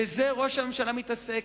בזה ראש הממשלה מתעסק.